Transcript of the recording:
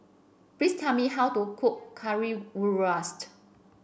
please tell me how to cook Currywurst